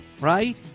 right